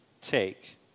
take